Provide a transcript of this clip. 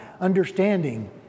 understanding